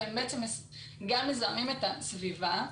והם בעצם גם מזהמים את הסביבה.